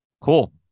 Cool